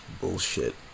bullshit